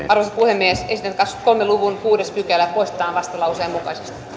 puhemies esitän että kahdenkymmenenkolmen luvun kuudes pykälä poistetaan vastalauseen mukaisesti